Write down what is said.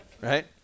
Right